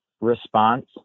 response